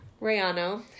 Rayano